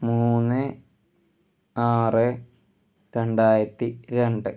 മൂന്ന് ആറ് രണ്ടായിരത്തി രണ്ട്